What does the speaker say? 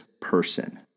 person